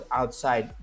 outside